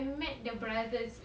mm